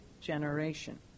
generation